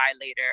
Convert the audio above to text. later